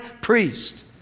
priest